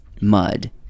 mud